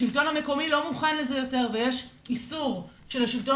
השלטון המקומי לא מוכן לזה יותר ויש איסור של השלטון